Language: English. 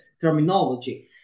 terminology